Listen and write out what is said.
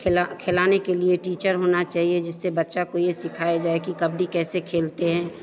खेला खेलाने के लिए टीचर होना चाहिए जिससे बच्चा को यह सिखाया जाए कि कबड्डी कैसे खेलते हैं